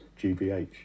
GBH